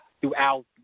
throughout